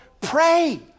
Pray